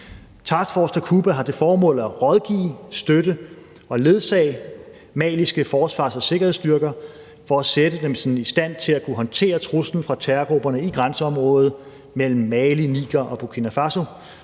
Task Force Takuba har til formål at rådgive, støtte og ledsage maliske forsvars- og sikkerhedsstyrker for at gøre dem i stand til at håndtere terrortruslen fra terrorgrupperne i grænseområdet mellem Mali, Niger og Burkina Faso.